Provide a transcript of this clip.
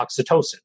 oxytocin